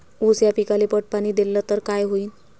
ऊस या पिकाले पट पाणी देल्ल तर काय होईन?